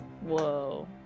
Whoa